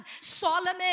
Solomon